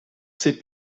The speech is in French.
ses